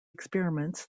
experiments